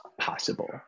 possible